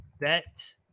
bet